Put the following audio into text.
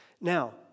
Now